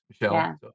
Michelle